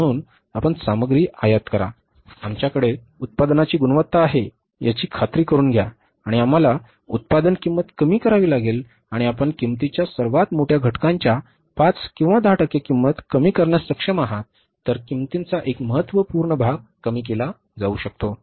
म्हणून आपण सामग्री आयात करा आमच्याकडे उत्पादनाची गुणवत्ता आहे याची खात्री करुन घ्या आणि आम्हाला उत्पादन किंमत कमी करावी लागेल आणि आपण किंमतीच्या सर्वात मोठ्या घटकाच्या 5 किंवा 10 टक्के किंमत कमी करण्यास सक्षम आहात तर किंमतीचा एक महत्त्वपूर्ण भाग कमी केला जाऊ शकतो